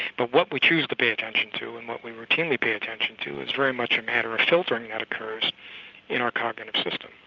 but what we choose to pay attention to and what we routinely pay attention to is very much a matter of filtering that occurs in our cognitive system.